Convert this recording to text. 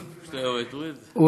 אתם הגבוהים רואים את חצי הכוס הריקה.